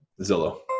Zillow